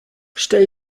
stell